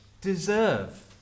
deserve